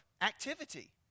activity